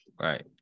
right